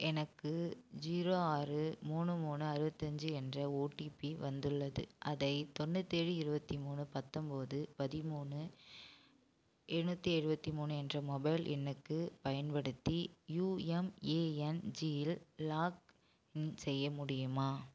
எனக்கு ஜீரோ ஆறு மூணு மூணு அறுவத்தஞ்சு என்ற ஓடிபி வந்துள்ளது அதை தொண்ணூற்றேழு இருபத்தி மூணு பத்தொம்பது பதிமூணு எழுநூத்தி எழுவத்தி மூணு என்ற மொபைல் எண்ணுக்குப் பயன்படுத்தி யூஎம்ஏஎன்ஜியில் லாக்இன் செய்ய முடியுமா